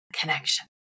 connection